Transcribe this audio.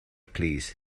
plîs